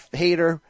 hater